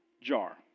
jar